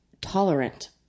tolerant